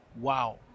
Wow